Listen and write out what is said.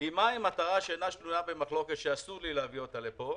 מהי מטרה שאינה שנויה במחלוקת שאסור לי להביא אותה לפה?